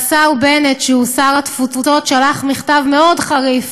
והשר בנט, שהוא שר התפוצות, שלח מכתב מאוד חריף